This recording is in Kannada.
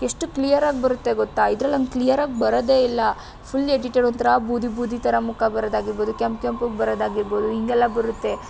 ಎಷ್ಟು ಕ್ಲಿಯರಾಗಿ ಬರುತ್ತೆ ಗೊತ್ತಾ ಇದರಲ್ಲಿ ಹಾಗೆ ಕ್ಲಿಯರಾಗಿ ಬರೋದೇ ಇಲ್ಲ ಫುಲ್ ಎಡಿಟೆಡ್ ಒಂಥರ ಬೂದಿ ಬೂದಿ ಥರ ಮುಖ ಬರೋದಾಗಿರ್ಬೋದು ಕೆಂಪು ಕೆಂಪಗೆ ಬರೋದಾಗಿರ್ಬೋದು ಹೀಗೆಲ್ಲ ಬರುತ್ತೆ